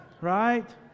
right